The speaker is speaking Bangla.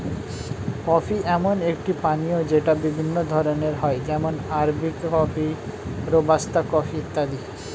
কফি এমন একটি পানীয় যেটা বিভিন্ন ধরণের হয় যেমন আরবিক কফি, রোবাস্তা কফি ইত্যাদি